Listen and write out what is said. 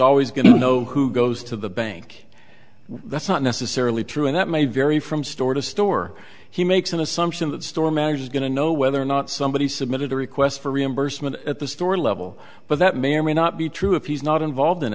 always going to know who goes to the bank that's not necessarily true and that may vary from store to store he makes an assumption that store manager is going to know whether or not somebody submitted a request for reimbursement at the store level but that may or may not be true if he's not involved in